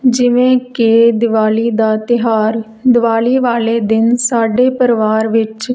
ਜਿਵੇਂ ਕਿ ਦਿਵਾਲੀ ਦਾ ਤਿਉਹਾਰ ਦਿਵਾਲੀ ਵਾਲੇ ਦਿਨ ਸਾਡੇ ਪਰਿਵਾਰ ਵਿੱਚ